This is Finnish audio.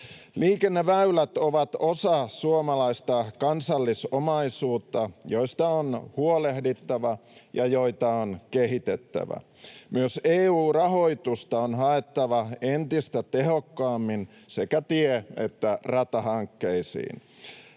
Liikenneväylät ovat osa suomalaista kansallisomaisuutta, joista on huolehdittava ja joita on kehitettävä. Myös EU-rahoitusta on haettava entistä tehokkaammin sekä tie‑ että ratahankkeisiin.